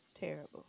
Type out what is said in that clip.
Terrible